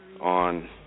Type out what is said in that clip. on